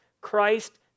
Christ